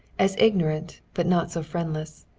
as ignorant, but not so friendless.